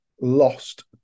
lost